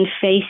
face